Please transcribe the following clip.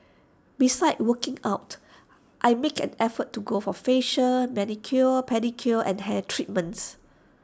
besides working out I make an effort to go for facials manicures pedicures and hair treatments